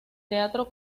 teatro